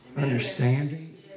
understanding